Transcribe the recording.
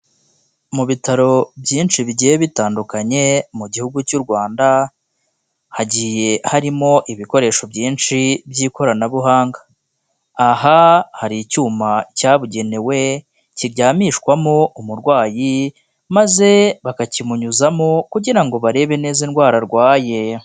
Mu bitaro byinshi bigiye bitandukanye, mu gihugu cy'u Rwanda, hagiye harimo ibikoresho byinshi by'ikoranabuhanga. Aha hari icyuma cyabugenewe, kiryamishwamo umurwayi, maze bakakimunyuzamo kugira ngo barebe neza indwara arwaye.